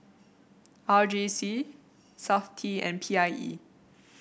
R J C Safti and P I E